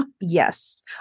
Yes